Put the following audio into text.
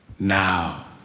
Now